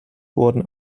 wurden